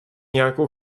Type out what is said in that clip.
nějakou